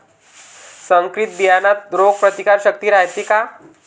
संकरित बियान्यात रोग प्रतिकारशक्ती रायते का?